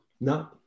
No